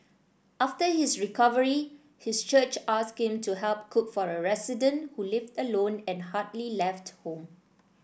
after his recovery his church asked him to help cook for a resident who lived alone and hardly left home